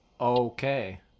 Okay